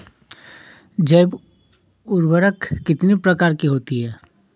जैव उर्वरक कितनी प्रकार के होते हैं?